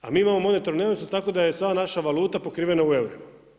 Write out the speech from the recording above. A mi imamo monetarnu neovisnost tako da je sva naša valuta pokrivena u eurima.